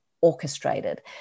orchestrated